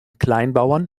kleinbauern